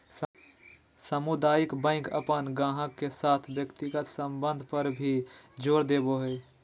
सामुदायिक बैंक अपन गाहक के साथ व्यक्तिगत संबंध पर भी जोर देवो हय